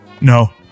No